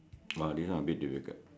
!wah! this one a bit difficult